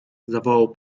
zawołał